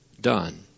done